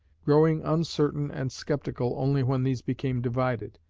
growing uncertain and sceptical only when these became divided,